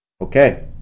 Okay